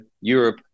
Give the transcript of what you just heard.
Europe